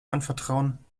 anvertrauen